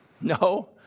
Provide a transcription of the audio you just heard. No